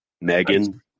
Megan